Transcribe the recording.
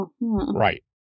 right